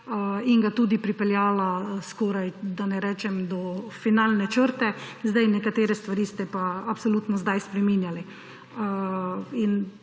in ga tudi pripeljala skoraj, da ne rečem, do finalne črte. Nekatere stvari ste pa absolutno zdaj spreminjali